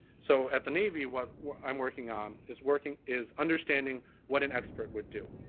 so at the navy, what what i'm working on is working is understanding what an expert would do.